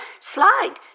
slide